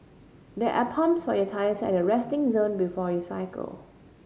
there are pumps for your tyres at the resting zone before you cycle